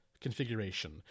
configuration